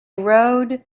rode